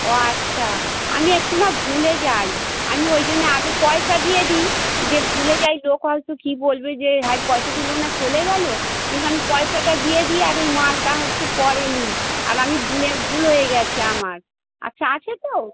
ও আচ্ছা আমি একটু না ভুলে যাই আমি ওই জন্যে আগে পয়সা দিয়ে দিই যে ভুলে যাই লোক হয়তো কী বলবে যে হায় পয়সা দিল না চলে গেলো কিন্তু আমি পয়সাটা দিয়ে দিই আর ওই মালটা হচ্ছে পরে নিই আর আমি ভুলে ভুল হয়ে গিয়েছে আমার আচ্ছা আছে তো